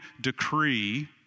decree